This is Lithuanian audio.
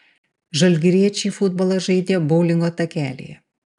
žalgiriečiai futbolą žaidė boulingo takelyje